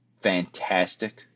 fantastic